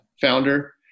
founder